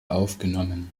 aufgenommen